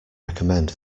recommend